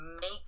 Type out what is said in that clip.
make